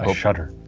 ah shudder.